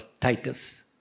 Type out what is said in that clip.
Titus